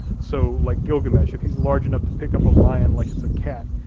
so like gilgamesh, if he's a large enough to pick up a lion like it's a cat,